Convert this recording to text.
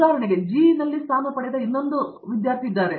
ಉದಾಹರಣೆಗೆ ಜಿಇನಲ್ಲಿ ಸ್ಥಾನ ಪಡೆದ ಮತ್ತೊಂದು ವಿದ್ಯಾರ್ಥಿ ಇದ್ದಾರೆ